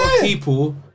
people